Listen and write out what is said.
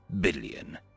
billion